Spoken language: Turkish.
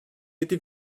yedi